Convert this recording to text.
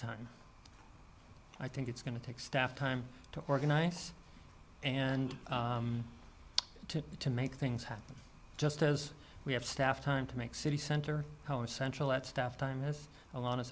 time i think it's going to take staff time to organize and to to make things happen just as we have staff time to make city center central at staff time as a lot of